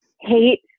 hate